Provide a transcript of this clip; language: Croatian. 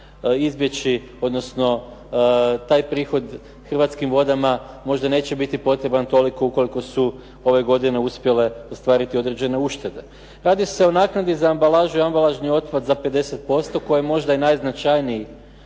izbjeći, odnosno taj prihod Hrvatskim vodama možda neće biti potreban toliko ukoliko su ove godine uspjele ostvariti određene uštede. Radi se o naknadi za ambalažu i ambalažni otpada za 50% koji je možda najznačajniji